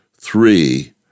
three